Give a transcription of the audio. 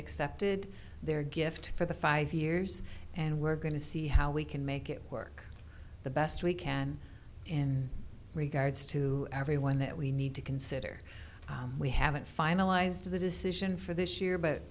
accepted their gift for the five years and we're going to see how we can make it work the best we can in regards to everyone that we need to consider we haven't finalized the decision for this year but